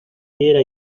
fiera